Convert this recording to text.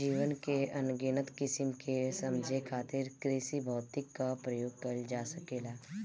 जीवन के अनगिनत किसिम के समझे खातिर कृषिभौतिकी क प्रयोग कइल जा सकेला